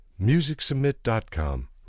MusicSubmit.com